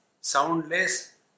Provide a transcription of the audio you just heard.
soundless